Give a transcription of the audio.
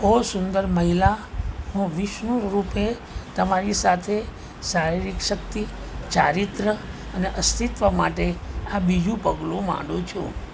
ઓ સુંદર મહિલા હું વિષ્ણુ રૂપે તમારી સાથે શારીરિક શક્તિ ચારિત્ર્ય અને અસ્તિત્વ માટે આ બીજું પગલું માંડું છું